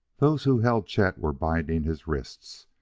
those who held chet were binding his wrists.